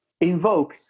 invoke